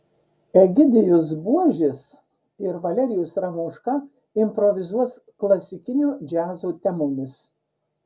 egidijus buožis ir valerijus ramoška improvizuos klasikinio džiazo temomis